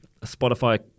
Spotify